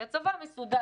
כי הצבא מסודר,